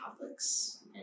catholics